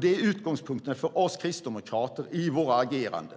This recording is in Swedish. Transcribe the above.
Det är utgångspunkten för oss kristdemokrater i våra ageranden.